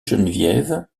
geneviève